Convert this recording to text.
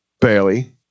Bailey